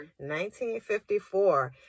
1954